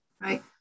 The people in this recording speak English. right